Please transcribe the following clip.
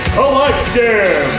collective